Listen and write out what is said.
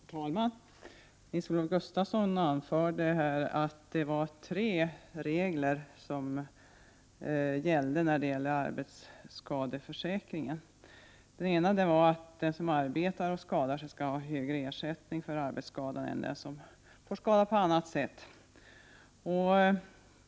Herr talman! Nils-Olof Gustafsson anförde att det finns tre regler när det gäller arbetsskadeförsäkringen. Den ena var att den som arbetar och skadar sig skall ha högre ersättning för skadan än den som skadat sig på annat sätt.